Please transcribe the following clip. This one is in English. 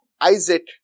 Isaac